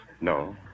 No